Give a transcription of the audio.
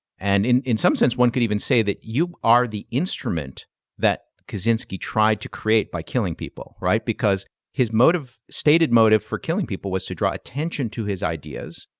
and in in some sense, one could even say that you are the instrument that kaczynski tried to create by killing people, right? because his motive, stated motive for killing people was to draw attention to his ideas.